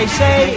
say